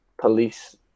police